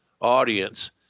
audience